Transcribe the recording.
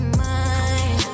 mind